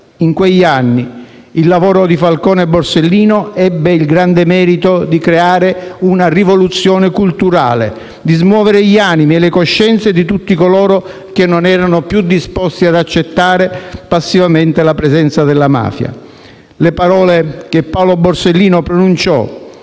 In quegli anni, il lavoro di Falcone e Borsellino ebbe il grande merito di creare una rivoluzione culturale, di smuovere gli animi e le coscienze di tutti coloro che non erano più disposti ad accettare passivamente la presenza della mafia. Le parole che Paolo Borsellino pronunciò